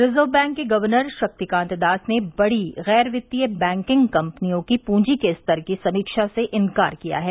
reserve bank के governor Shaktikanta Das ने बड़ी गैर वित्तीय बैंकिंग कंपनियों की पूंजी के स्तर की समीक्षा से इंकार किया है